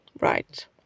right